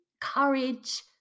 courage